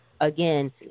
again